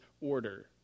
order